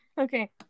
Okay